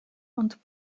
und